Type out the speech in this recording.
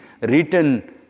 written